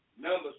Numbers